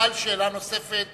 שאלה נוספת